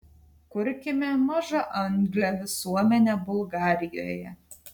kurkime mažaanglę visuomenę bulgarijoje